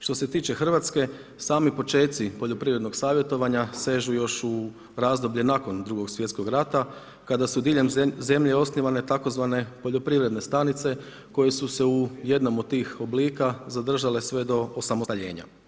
Što se tiče Hrvatske sami počeci poljoprivrednog savjetovanja sežu još u razdoblje nakon Drugog svjetskog rata kada su diljem zemlje osnivane tzv. poljoprivredne stanice koje su se u jednom od tih oblika zadržale sve do osamostaljenja.